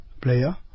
player